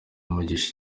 umugisha